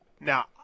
Now